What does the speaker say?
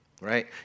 right